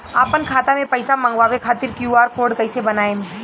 आपन खाता मे पईसा मँगवावे खातिर क्यू.आर कोड कईसे बनाएम?